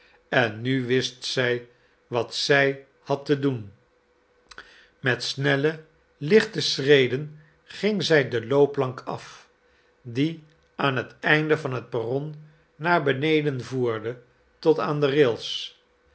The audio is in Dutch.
en nu wist zij wat zij had te doen met snelle lichte schreden ging zij de loopplank af die aan het einde van het perron naar beneden voerde tot aan de rails